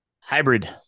hybrid